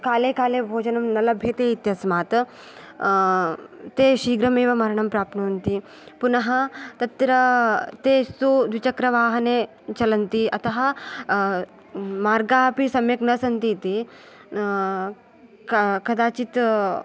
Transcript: काले काले भोजनं न लभ्यते इत्यस्मात् ते शीघ्रमेव मरणं प्राप्नुवन्ति पुनः तत्र ते तु द्विचक्रवाहने चलन्ति अतः मार्गाः अपि सम्यक् न सन्ति इति क कदाचित्